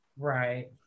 right